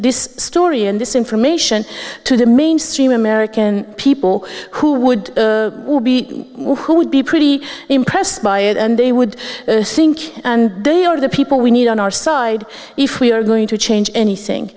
this story and this information to the mainstream american people who would be who would be pretty impressed by it and they would think they are the people we need on our side if we are going to change anything